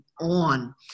on